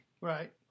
Right